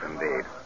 indeed